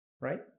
Right